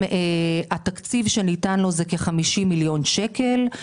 שהתקציב שניתן לו זה כ-50 מיליון שקל.